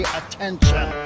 attention